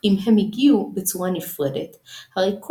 ובהדרגה החל להתמסד "מנהג אבות"